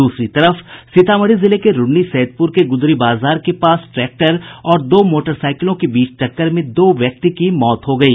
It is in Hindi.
दूसरी तरफ सीतामढ़ी जिले के रून्नीसैदपुर के गुदरी बाजार के पास ट्रैक्टर और दो मोटरसाईकिलों के बीच टक्कर में दो व्यक्ति की मौत हो गयी